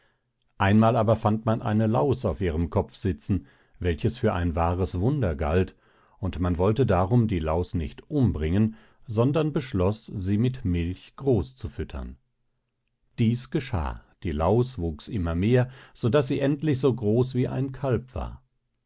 einmal aber fand man eine laus auf ihrem kopf sitzen welches für ein wahres wunder galt und man wollte darum die laus nicht umbringen sondern beschloß sie mit milch groß zu füttern dies geschah die laus wuchs immer mehr so daß sie endlich so groß wie ein kalb war